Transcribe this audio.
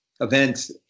events